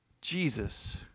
Jesus